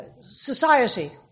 Society